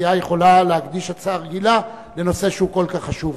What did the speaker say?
הסיעה יכולה להקדיש הצעה רגילה לנושא שהוא כל כך חשוב,